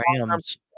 Rams